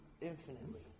infinitely